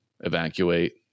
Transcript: evacuate